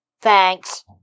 Thanks